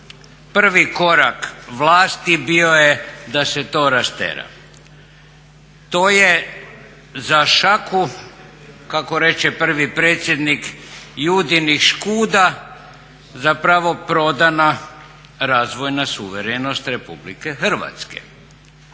prvi korak vlasti bio je da se to rastera. To je za šaku kako reče prvi predsjednik Judinih škuda zapravo prodana razvojna suverenost RH. Pliva je